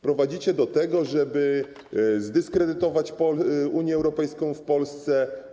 Prowadzicie do tego, żeby zdyskredytować Unię Europejską w Polsce.